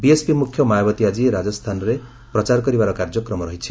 BSP ମୁଖ୍ୟ ମାୟାବତୀ ମଧ୍ୟ ଆଜି ରାଜସ୍ଥାନରେ ପ୍ରଚାର କରିବାର କାର୍ଯ୍ୟକ୍ରମ ରହିଛି